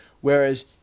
Whereas